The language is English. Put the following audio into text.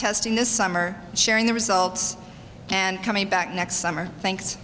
testing this summer sharing the results and coming back next summer thanks